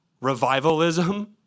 revivalism